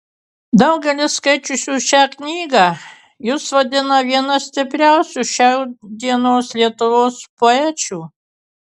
daugelis skaičiusių šią knygą jus vadina viena stipriausių šiandienos lietuvos poečių